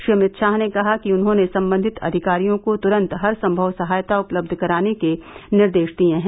श्री अभित शाह ने कहा कि उन्होंने संबंधित अधिकारियों को तुरंत हरसंभव सहायता उपलब्ध कराने के निर्देश दिये हैं